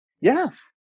Yes